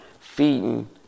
feeding